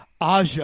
Aja